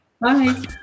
Bye